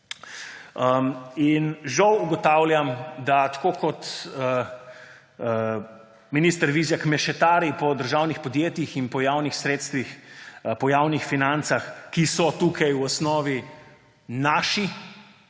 Žal ugotavljam, da tako, kot minister Vijak mešetari po državnih podjetjih in po javnih sredstvih, po javnih financah, ki so tukaj v osnovi naši